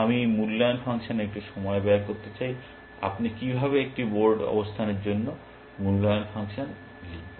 আমি এই মূল্যায়ন ফাংশনে একটু সময় ব্যয় করতে চাই আপনি কীভাবে একটি বোর্ড অবস্থানের জন্য মূল্যায়ন ফাংশন লিখবেন